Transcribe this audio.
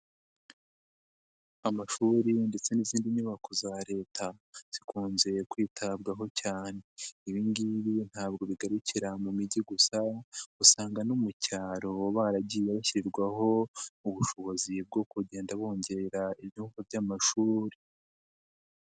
Amashuri ndetse n'izindi nyubako za leta, zikunzeye kwitabwaho cyane. Ibi ngibibi ntabwo bigarukira mu migi gusa usanga no mu cyaro baba baragiye bashyirirwaho ubushobozi bwo kugenda bongera ibyumba by'amashuri.